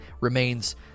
remains